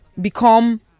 become